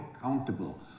accountable